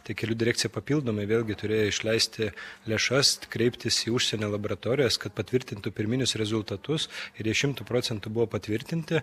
tai kelių direkcija papildomai vėlgi turėjo išleisti lėšas kreiptis į užsienio laboratorijas kad patvirtintų pirminius rezultatus ir jie šimtu procentų buvo patvirtinti